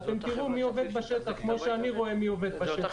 ואתם תראו מי עובד בשטח כמו שאני רואה מי עובד בשטח